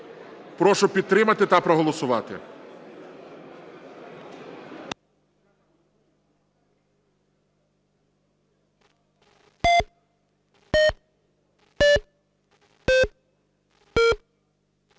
Прошу підтримати та проголосувати.